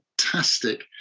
fantastic